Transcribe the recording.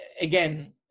again